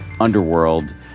underworld